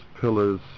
pillars